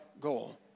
goal